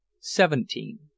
seventeen